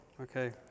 Okay